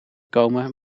komen